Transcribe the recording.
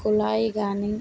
కుళాయిగాని